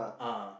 uh